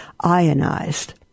ionized